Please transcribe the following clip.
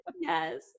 Yes